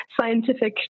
scientific